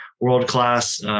world-class